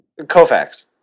Kofax